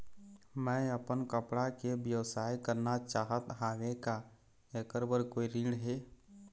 मैं अपन कपड़ा के व्यवसाय करना चाहत हावे का ऐकर बर कोई ऋण हे?